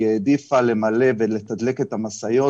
היא העדיפה למלא ולתדלק את המשאיות